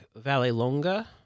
Vallelonga